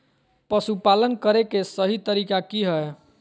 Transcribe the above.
पशुपालन करें के सही तरीका की हय?